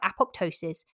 apoptosis